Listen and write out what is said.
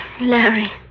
Larry